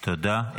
תודה.